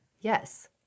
Yes